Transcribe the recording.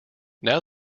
now